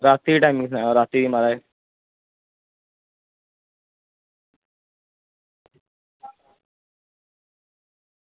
रातीं दे टैमें दी सनायो म्हाराज रातीं दे टैम दी